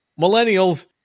Millennials